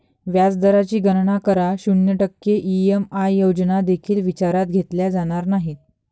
व्याज दराची गणना करा, शून्य टक्के ई.एम.आय योजना देखील विचारात घेतल्या जाणार नाहीत